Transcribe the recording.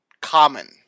common